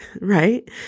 right